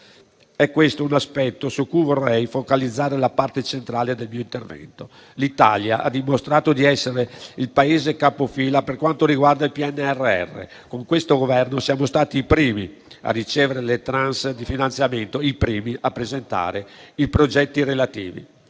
Questo è un aspetto su cui vorrei focalizzare la parte centrale del mio intervento. L'Italia ha dimostrato di essere il Paese capofila per quanto riguarda il PNRR: con questo Governo siamo stati i primi a ricevere le *tranche* di finanziamento e a presentare i relativi